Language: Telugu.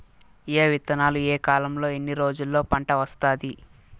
ఏ విత్తనాలు ఏ కాలంలో ఎన్ని రోజుల్లో పంట వస్తాది?